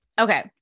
Okay